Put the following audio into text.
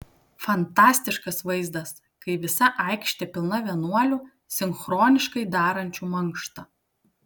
fantastiškas vaizdas kai visa aikštė pilna vienuolių sinchroniškai darančių mankštą